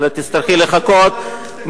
אלא תצטרכי לחכות,